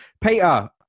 Peter